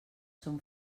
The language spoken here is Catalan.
són